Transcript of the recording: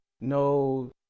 no